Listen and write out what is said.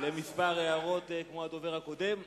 כמו הדובר הקודם.